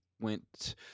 went